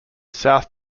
south